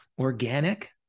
organic